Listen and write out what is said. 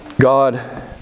God